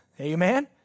Amen